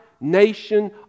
nation